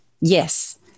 Yes